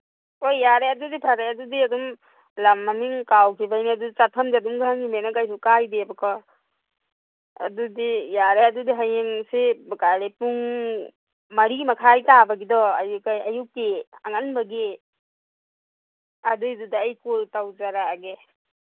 ꯍꯣꯏ ꯌꯥꯔꯦ ꯑꯗꯨꯗꯤ ꯐꯔꯦ ꯑꯗꯨꯗꯤ ꯑꯗꯨꯝ ꯂꯝ ꯃꯃꯤꯡ ꯀꯥꯎꯈꯤꯕꯩꯅꯦ ꯑꯗꯨ ꯆꯠꯐꯝꯗꯤ ꯑꯗꯨꯝ ꯈꯪꯉꯤꯝꯅꯤꯅ ꯀꯩꯁꯨ ꯀꯥꯏꯗꯦꯕꯀꯣ ꯑꯗꯨꯗꯤ ꯌꯥꯔꯦ ꯑꯗꯨꯗꯤ ꯍꯌꯦꯡꯁꯤ ꯀꯔꯤ ꯄꯨꯡ ꯃꯔꯤ ꯃꯈꯥꯏ ꯇꯥꯕꯒꯤꯗꯣ ꯑꯌꯨꯛꯀꯤ ꯑꯉꯟꯕꯒꯤ ꯑꯗꯨꯏꯗꯨꯗ ꯑꯩ ꯀꯣꯜ ꯇꯧꯖꯔꯛꯑꯒꯦ